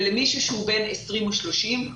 למישהו שהוא בן 20 או 30,